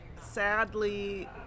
sadly